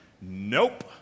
Nope